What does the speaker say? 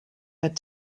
had